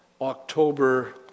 October